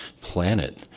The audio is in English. planet